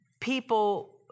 people